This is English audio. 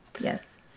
Yes